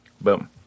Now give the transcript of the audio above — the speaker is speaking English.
Boom